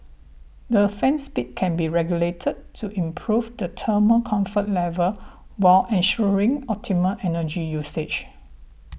the fan speed can be regulated to improve the thermal comfort level while ensuring optimal energy usage